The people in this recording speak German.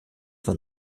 von